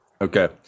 Okay